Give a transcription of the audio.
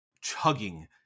chugging